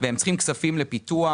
הם צריכים כספים לפיתוח,